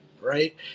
right